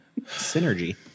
Synergy